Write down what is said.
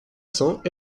cents